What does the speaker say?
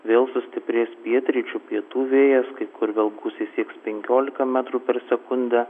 vėl sustiprės pietryčių pietų vėjas kai kur vėl gūsiai sieks penkiolika metrų per sekundę